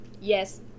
Yes